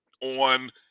on